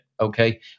Okay